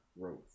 growth